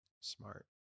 Smart